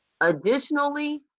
Additionally